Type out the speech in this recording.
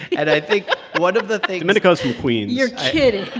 and i think one of the things. domenico's from queens you're kidding.